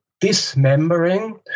dismembering